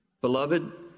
beloved